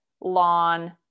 lawn